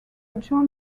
joined